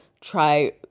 try